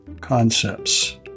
concepts